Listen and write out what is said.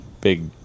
big